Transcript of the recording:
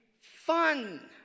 fun